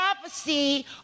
prophecy